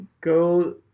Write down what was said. Go